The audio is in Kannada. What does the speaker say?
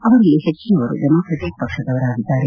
ಅವರಲ್ಲಿ ಪೆಚ್ಚಿನವರು ಡೆಮಾಕ್ರಟಿಕ್ ಪಕ್ಷದವರಾಗಿದ್ದಾರೆ